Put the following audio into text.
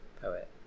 poet